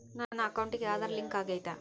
ನನ್ನ ಅಕೌಂಟಿಗೆ ಆಧಾರ್ ಲಿಂಕ್ ಆಗೈತಾ?